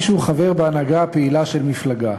או מי שהוא חבר בהנהגה הפעילה של מפלגה.